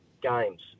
games